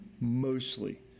Mostly